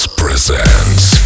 presents